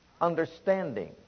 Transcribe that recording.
understanding